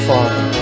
Father